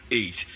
eight